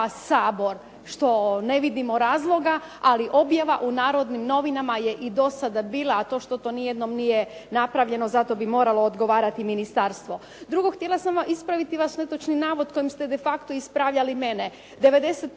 Sabor što ne vidimo razloga ali objava u "Narodnim novinama" je i do sada bila a to što to nijednom nije napravljeno za to bi moralo odgovarati ministarstvo. Drugo, htjela sam ispraviti vaš netočni navod kojim ste de facto ispravljali mene.